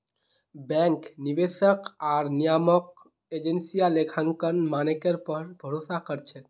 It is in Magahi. बैंक, निवेशक आर नियामक एजेंसियां लेखांकन मानकेर पर भरोसा कर छेक